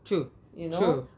true true